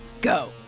go